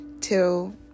till